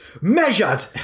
measured